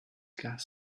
gas